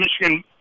Michigan